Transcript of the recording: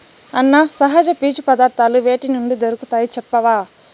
అన్నా, సహజ పీచు పదార్థాలు వేటి నుండి దొరుకుతాయి చెప్పవా